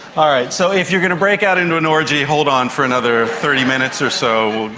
all right, so if you're going to break out into an orgy, hold on for another thirty minutes or so,